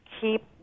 keep